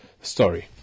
story